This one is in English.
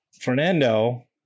fernando